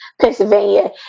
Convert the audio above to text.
Pennsylvania